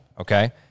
okay